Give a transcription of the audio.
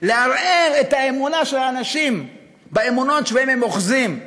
לערער את האמונה של האנשים באמונות שבהן הם אוחזים,